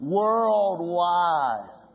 worldwide